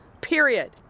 period